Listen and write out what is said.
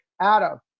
adam